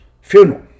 funeral